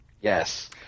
Yes